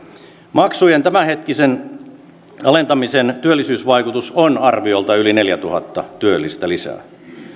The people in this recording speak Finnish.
maksujen tämänhetkisen alentamisen työllisyysvaikutus on arviolta yli neljätuhatta työllistä lisää